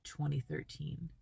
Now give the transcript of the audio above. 2013